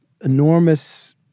enormous